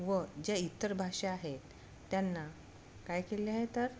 व ज्या इतर भाषा आहेत त्यांना काय केले आहे तर